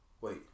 wait